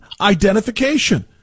identification